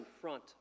front